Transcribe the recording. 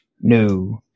No